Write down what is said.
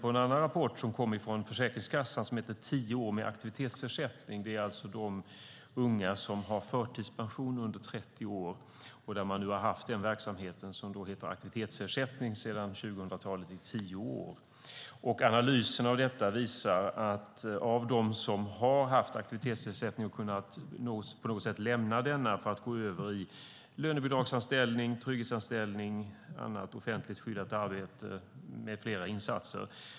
Låt mig fästa er uppmärksamhet på Försäkringskassans rapport Tio år med aktivitetsersättning . Det handlar om de unga under 30 år som har förtidspension. Här har man sedan tio år haft en verksamhet som heter aktivitetsersättning. Analysen visar att det var 13 000 personer i åldrarna 20-30 år som kunde lämna aktivitetsersättningen och gå över i lönebidragsanställning, trygghetsanställning eller annat offentligt skyddat arbete med flera insatser.